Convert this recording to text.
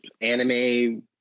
anime